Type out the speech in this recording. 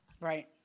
Right